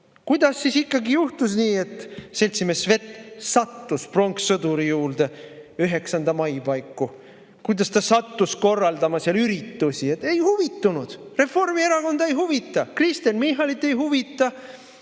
kuidas siis ikkagi juhtus nii, et seltsimees Svet sattus pronkssõduri juurde 9. mai paiku, kuidas ta sattus korraldama seal üritusi. Ei huvita! Reformierakonda ei huvita! Kristen Michalit ei huvita!